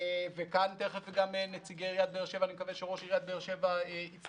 אני מקווה שראש עיריית באר שבע יצטרף.